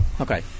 Okay